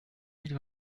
mille